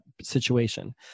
situation